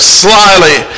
slyly